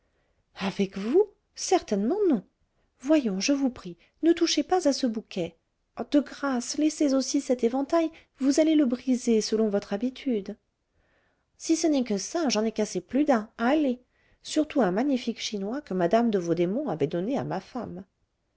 avec vous certainement non voyons je vous prie ne touchez pas à ce bouquet de grâce laissez aussi cet éventail vous allez le briser selon votre habitude si ce n'est que ça j'en ai cassé plus d'un allez surtout un magnifique chinois que mme de vaudémont avait donné à ma femme